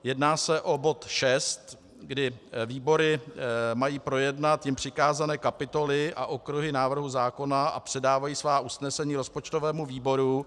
Jedná se o bod 6, kdy výbory mají projednat jim přikázané kapitoly a okruhy návrhu zákona a předávají svá usnesení rozpočtovému výboru.